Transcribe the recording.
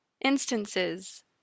instances